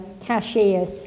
cashiers